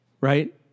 right